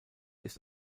ist